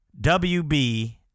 WB